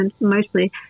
mostly